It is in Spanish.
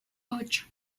ocho